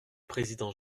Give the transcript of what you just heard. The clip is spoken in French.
président